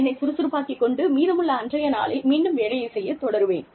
என்னைச் சுறுசுறுப்பாக்கிக் கொண்டு மீதமுள்ள அன்றைய நாளில் மீண்டும் வேலையைச் செய்யத் தொடருவேன்